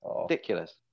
Ridiculous